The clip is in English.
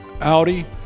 Audi